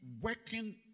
working